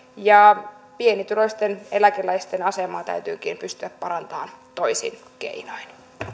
ja pienituloisten eläkeläisten asemaa täytyykin pystyä parantamaan toisin keinoin